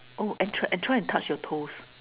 oh and try and try to touch your toes